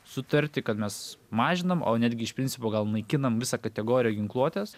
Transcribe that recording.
sutarti kad mes mažinam o netgi iš principo gal naikinam visą kategoriją ginkluotės